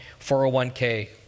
401k